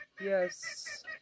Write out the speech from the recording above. Yes